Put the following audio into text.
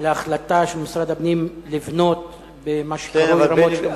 ההחלטה של משרד הפנים לבנות במה שקרוי רמת-שלמה.